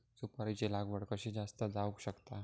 सुपारीची लागवड कशी जास्त जावक शकता?